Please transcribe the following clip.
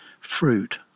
fruit